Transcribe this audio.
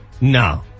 No